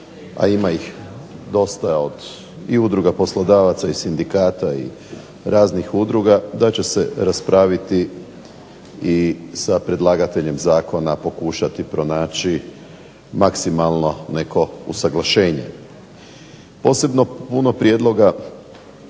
a ima ih dosta i od udruga poslodavaca i sindikata i raznih udruga, da će se raspraviti i sa predlagateljem zakona pokušati pronaći maksimalno neko usuglašenje. Posebno puno prijedloga